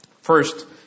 First